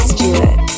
Stewart